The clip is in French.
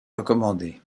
recommandé